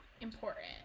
important